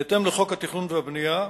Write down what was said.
בהתאם לחוק התכנון והבנייה,